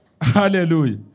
Hallelujah